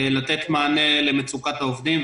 לתת מענה למצוקת העובדים,